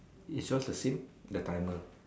is yours the same the timer